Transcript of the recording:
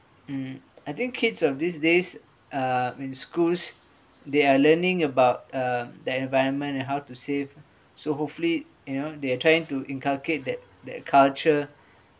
mm I think kids of these days uh in schools they are learning about uh the environment and how to save so hopefully you know they're trying to inculcate that the culture